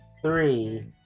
three